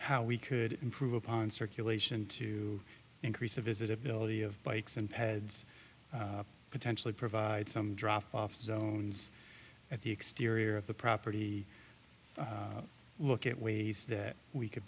how we could improve upon circulation to increase a visit ability of bikes and peds potentially provide some drop off zones at the exterior of the property look at ways that we could